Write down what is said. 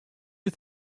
you